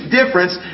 difference